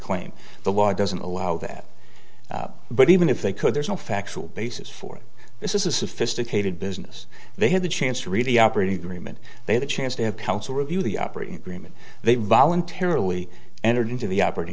claim the law doesn't allow that but even if they could there's no factual basis for it this is a sophisticated business they had the chance to really operating agreement they the chance to have counsel review the operating agreement they voluntarily entered into the operating